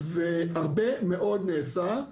והרבה מאוד נעשה.